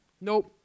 Nope